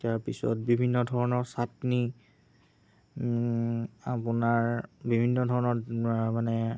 তাৰপিছত বিভিন্ন ধৰণৰ চাটনি আপোনাৰ বিভিন্ন ধৰণৰ মানে